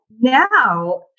now